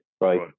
right